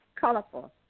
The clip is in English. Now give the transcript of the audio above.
colorful